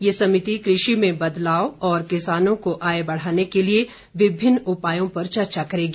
ये समिति कृषि में बदलाव और किसानों को आय बढ़ाने के लिए विभिन्नत उपायों पर चर्चा करेगी